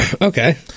Okay